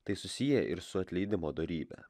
tai susiję ir su atleidimo dorybe